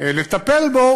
לטפל בו,